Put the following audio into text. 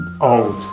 Old